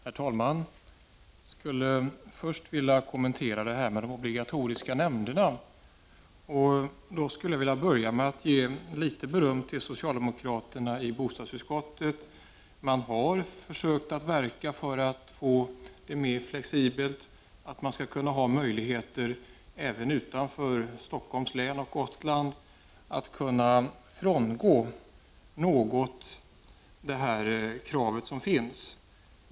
Herr talman! Jag skulle först vilja kommentera de obligatoriska nämnderna. Jag skulle då vilja börja med att ge socialdemokraterna i bostadsutskottet litet beröm. De har försökt verka för en större flexibilitet, nämligen för att man även utanför Stockholms län och Gotland skall ha möjlighet att något frångå det krav som finns.